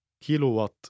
Kilowatt